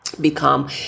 become